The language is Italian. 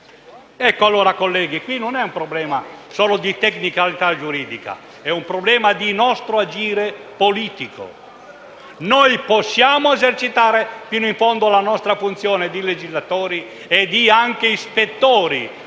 che allora, colleghi, questo non è un problema solo di tecnicalità giuridica; è un problema del nostro agire politico: possiamo esercitare fino in fondo la nostra funzione di legislatori e anche di ispettori,